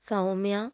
Soumya